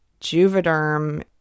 Juvederm